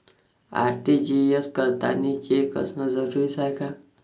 RTGS करतांनी cheque असनं जरुरीच हाय का?